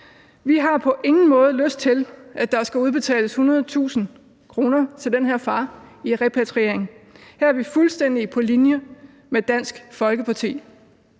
Vi har på ingen måde lyst til, at der skal udbetales 100.000 kr. til den her far i repatrieringsstøtte. Her er vi fuldstændig på linje med Dansk Folkeparti.